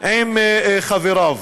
עם חבריו.